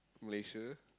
Malaysia